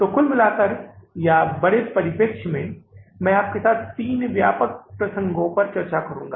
तो कुल मिलाकर या बड़े परिप्रेक्ष्य में मैं आपके साथ तीन व्यापक प्रसंगों पर चर्चा करुंगा